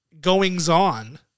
goings-on